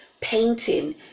painting